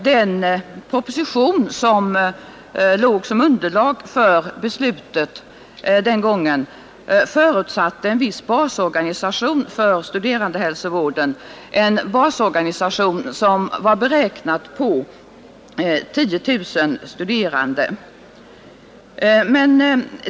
Den proposition som låg som underlag för beslutet den gången förutsatte en viss basorganisation för studerandehälsovården, och den basorganisationen var beräknad på 10 000 studerande.